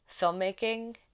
filmmaking